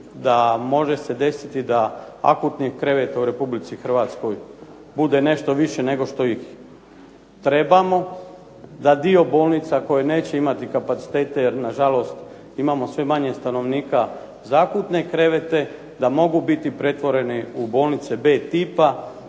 da može se desiti da akutnih kreveta u Republici Hrvatskoj bude nešto više nego što ih trebamo, da dio bolnica koje neće imati kapacitete jer nažalost imamo sve manje stanovnika, za akutne krevete da mogu biti pretvoreni u bolnice B tipa